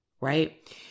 right